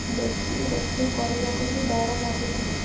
ବେଶୀ ରୋଷେଇ କରିବାକୁ ବି ଡର ଲାଗୁଥିଲା